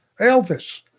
Elvis